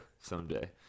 Someday